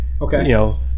Okay